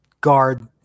guard